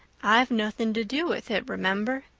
i've nothing to do with it, remember.